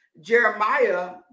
jeremiah